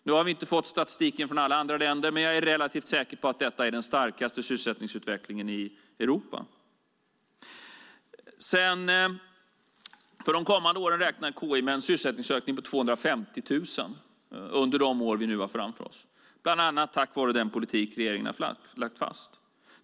Nu har vi inte fått statistiken från alla andra länder, men jag är relativt säker på att detta är den starkaste sysselsättningsutvecklingen i Europa. För de kommande åren räknar KI med en sysselsättningsökning på 250 000, bland annat tack vare den politik regeringen har lagt fast.